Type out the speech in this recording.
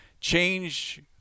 Change